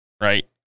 right